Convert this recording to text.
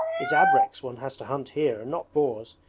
it's abreks one has to hunt here and not boars!